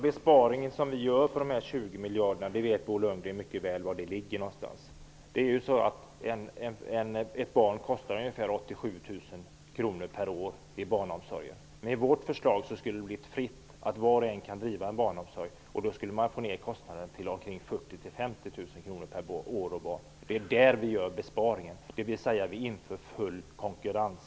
Herr talman! Bo Lundgren vet mycket väl var den besparing om 20 miljarder som vi gör ligger. Ett barn kostar ungefär 87 000 kr per år i barnomsorg. Med vårt förslag skulle det bli fritt för var och en att driva barnomsorg, och då skulle kostnaden kunna minska till 40 000--50 000 kr per år och barn. Det är där vi gör besparingen, dvs. vi inför full konkurrens.